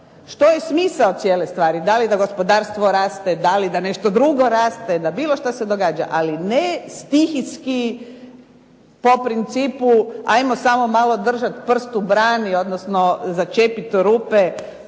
što je smisao cijele stvari. Da li da gospodarstvo raste, da li da nešto drugo raste, da bilo što se događa ali ne stihijski po principu ajmo samo malo držati prst u brani odnosno začepiti rupe